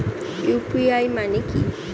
UPI মানে কি?